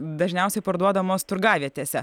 dažniausiai parduodamos turgavietėse